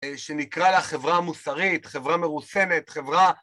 שנקרא לה חברה מוסרית, חברה מרוסנת, חברה